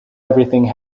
everything